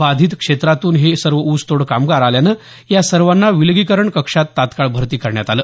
बाधित क्षेत्रातून हे सर्व ऊसतोड कामगार आल्यानं या सर्वांना विलगीकरण कक्षात तात्काळ भरती करण्यात आलं